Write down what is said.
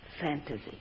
fantasy